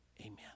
amen